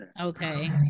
Okay